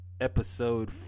episode